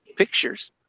Pictures